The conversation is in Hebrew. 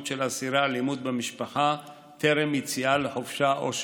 של אסירי אלימות במשפחה טרם יציאה לחופשה או שחרור,